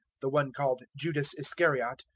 the one called judas iscariot,